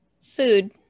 Food